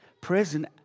present